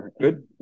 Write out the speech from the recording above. good